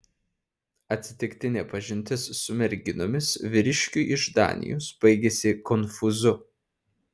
atsitiktinė pažintis su merginomis vyriškiui iš danijos baigėsi konfūzu